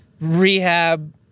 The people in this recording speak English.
rehab